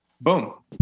Boom